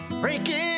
Breaking